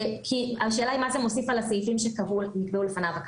השאלה, מה זה מוסיף על הסעיפים שנקבעו לפניו?